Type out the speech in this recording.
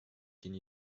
gehen